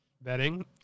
betting